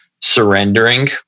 surrendering